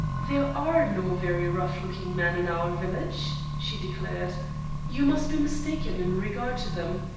there are no very rough-looking men in our village, she declared you must be mistaken in regard to them.